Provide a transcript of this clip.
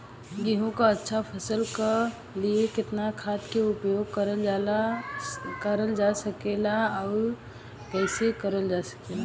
गेहूँक अच्छा फसल क लिए कितना खाद के प्रयोग करल जा सकेला और कैसे करल जा सकेला?